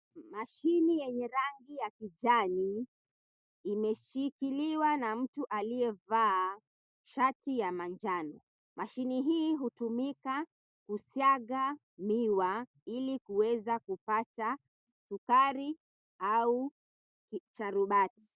Mashine yenye rangi ya kijani imeshikiliwa na mtu aliyevaa shati ya manjano. Mashine hii hutumika kusiaga miwa ili kuweza kupata sukari au sharubati.